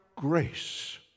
grace